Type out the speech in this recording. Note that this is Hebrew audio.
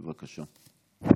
בבקשה.